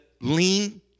lean